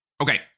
okay